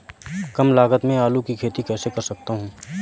कम लागत में आलू की खेती कैसे कर सकता हूँ?